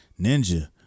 ninja